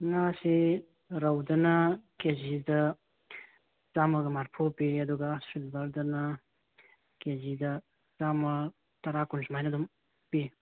ꯉꯥꯁꯤ ꯔꯧꯗꯅ ꯀꯦꯖꯤꯗ ꯆꯥꯝꯃꯒ ꯃꯔꯐꯨ ꯄꯤꯔꯤ ꯑꯗꯨꯒ ꯁꯤꯜꯕꯔꯗꯅ ꯀꯦꯖꯤꯗ ꯆꯥꯝꯃ ꯇꯔꯥ ꯀꯨꯟ ꯁꯨꯃꯥꯏꯅ ꯑꯗꯨꯝ ꯄꯤ